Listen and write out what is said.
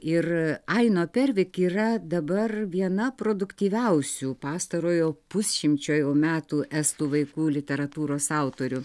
ir aino pervik yra dabar viena produktyviausių pastarojo pusšimčio jau metų estų vaikų literatūros autorių